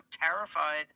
terrified